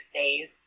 days